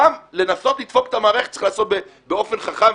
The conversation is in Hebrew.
גם לנסות לדפוק את המערכת צריך לעשות באופן חכם,